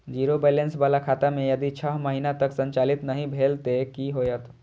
Zero balance बाला खाता में यदि छः महीना तक संचालित नहीं भेल ते कि होयत?